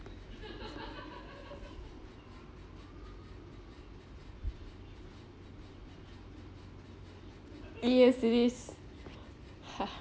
yes it is